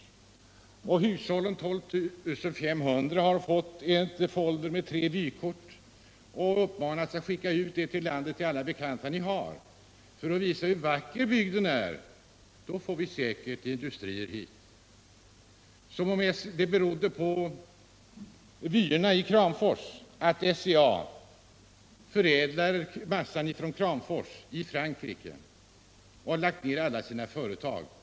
12 500 hushåll har fått en folder med tre vykort och uppmanats att skicka ut korten till bekanta för att visa hur vacker bygden är — då får man säkert industrier dit! Som om det berodde på vyerna i Kramfors att SCA förädlar massan från Kramfors i Frankrike och har lagt ned alla sina företag i Ådalen.